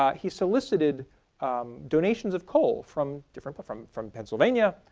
um he solicited donations of coal from different but from from pennsylvania,